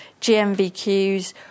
GMVQs